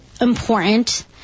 important